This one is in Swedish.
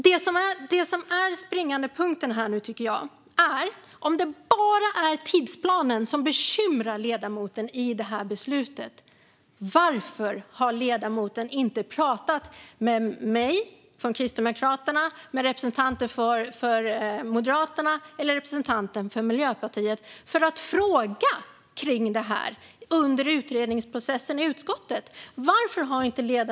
Den springande punkten är, tycker jag, varför ledamoten inte har pratat med mig från Kristdemokraterna, med representanter för Moderaterna eller med representanten för Miljöpartiet och frågat om det här under utredningsprocessen i utskottet om det bara är tidsplanen som bekymrar ledamoten i det här beslutet.